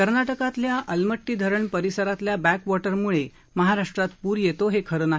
कर्नाटकातील अलमट्टी धरण परिसरातील बॅकवॉटरमुळे महाराष्ट्रात पूर येतो हे खरे नाही